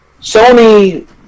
Sony